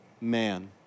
man